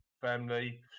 family